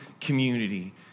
community